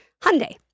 Hyundai